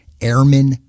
Airmen